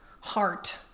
heart